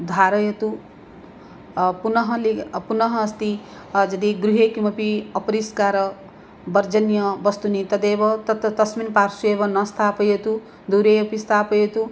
धारयतु पुनः लि पुनः अस्ति यदि गृहे किमपि अपरिष्कार वर्जन्यवस्तूनि तदेव तत्त् तस्मिन् पार्श्वेव न स्थापयतु दूरे अपि स्थापयतु